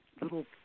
little